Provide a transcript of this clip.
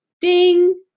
Ding